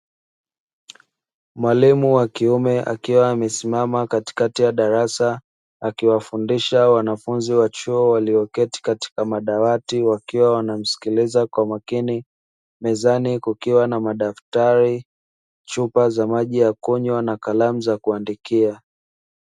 Mwalimu wa kiume akiwa amesimama katikati ya darasa, akiwafundisha wanafunzi wa chuo walioketi katika madawati wakiwa wanamsikiliza kwa makini, mezani kukiwa na: madaftari, chupa za maji ya kunywa, na kalamu za kuandikia.